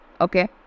okay